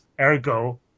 ergo